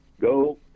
Go